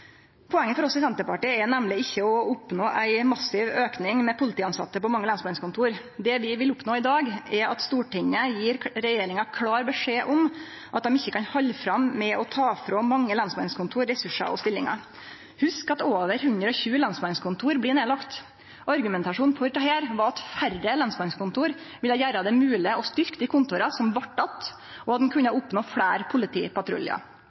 Poenget for oss i Senterpartiet er nemleg ikkje å oppnå ein massiv auke med polititilsette på mange lensmannskontor. Det vi vil oppnå i dag, er at Stortinget gjev regjeringa klar beskjed om at dei ikkje kan halde fram med å ta frå mange lensmannskontor ressursar og stillingar. Hugs at over 120 lensmannskontor blir nedlagde. Argumentasjonen for dette var at færre lensmannskontor ville gjere det mogleg å styrkje dei kontora som vart att, og at ein kunne oppnå fleire politipatruljar.